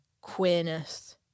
queerness